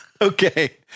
Okay